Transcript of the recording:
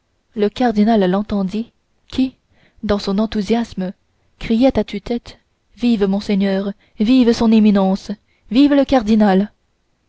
le cardinal l'entendit qui dans son enthousiasme criait à tue-tête vive monseigneur vive son éminence vive le grand cardinal